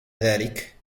ذلك